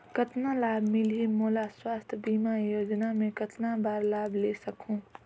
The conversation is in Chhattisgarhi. कतना लाभ मिलही मोला? स्वास्थ बीमा योजना मे कतना बार लाभ ले सकहूँ?